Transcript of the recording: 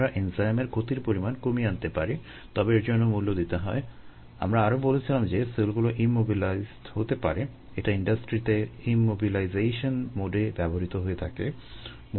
আমরা enzyme immobilisation ব্যবহৃত হয়ে থাকে